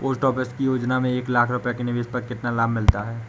Post office की योजना में एक लाख रूपए के निवेश पर कितना लाभ मिलता है?